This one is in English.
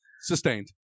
Sustained